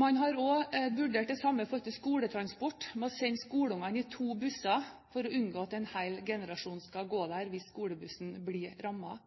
Man har også vurdert det samme når det gjelder skoletransport. Man sender skoleungdommene i to busser for å unngå at en hel generasjon skal gå med hvis skolebussen blir rammet.